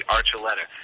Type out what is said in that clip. Archuleta